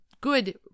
good